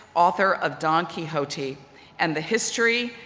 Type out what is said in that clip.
author of don quixote and the history,